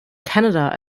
canada